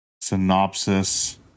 Synopsis